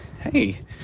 hey